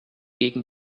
gegen